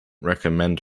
recommend